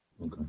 Okay